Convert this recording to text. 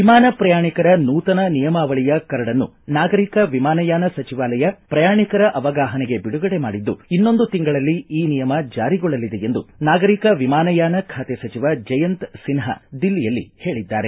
ವಿಮಾನ ಪ್ರಯಾಣಿಕರ ನೂತನ ನಿಯಮಾವಳಿಯ ಕರಡನ್ನು ನಾಗರಿಕ ವಿಮಾನಯಾನ ಸಚಿವಾಲಯ ಪ್ರಯಾಣಿಕರ ಅವಗಾಹನೆಗೆ ಬಿಡುಗಡೆ ಮಾಡಿದ್ದು ಇನ್ನೊಂದು ತಿಂಗಳಲ್ಲಿ ಈ ನಿಯಮ ಜಾರಿಗೊಳ್ಳಲಿದೆ ಎಂದು ನಾಗರಿಕ ವಿಮಾನಯಾನ ಖಾತೆ ಸಚಿವ ಜಯಂತ್ ಸಿನ್ವಾ ದಿಲ್ಲಿಯಲ್ಲಿ ಹೇಳಿದ್ದಾರೆ